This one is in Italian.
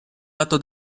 lato